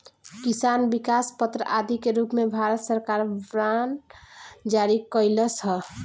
किसान विकास पत्र आदि के रूप में भारत सरकार बांड जारी कईलस ह